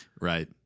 Right